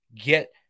get